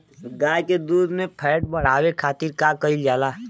गाय के दूध में फैट बढ़ावे खातिर का कइल जाला?